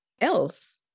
else